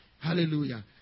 Hallelujah